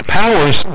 powers